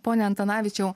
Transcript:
pone antanavičiau